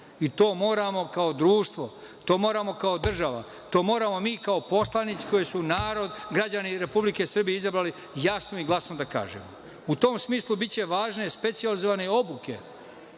To moramo kao društvo, to moramo kao država, to moramo mi kao poslanici koji su građani Republike Srbije izabrali, jasno i glasno da kažemo.U tom smislu biće važne specijalizovane obuke